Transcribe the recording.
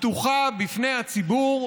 פתוחה בפני הציבור.